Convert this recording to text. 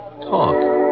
Talk